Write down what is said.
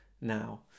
now